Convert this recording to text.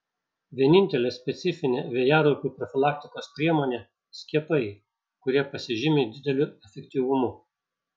vienintelė specifinė vėjaraupių profilaktikos priemonė skiepai kurie pasižymi dideliu efektyvumu